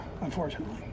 unfortunately